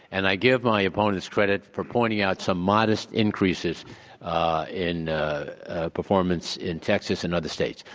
and i give my opponents credit for pointing out some modest increases in performance in texas and other states,